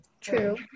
true